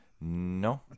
No